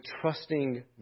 trusting